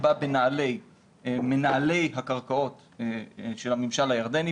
בא בנעלי מנהלי הקרקעות של הממשל הירדני,